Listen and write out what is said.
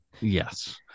yes